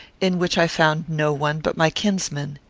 in which i found no one but my kinsman.